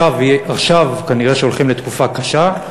עכשיו כנראה הולכים לתקופה קשה,